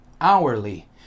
hourly